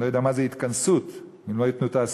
אני לא יודע מה זה "התכנסות"; אם לא ייתנו תעסוקה,